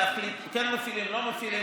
להחליט אם כן מפעילים או לא מפעילים,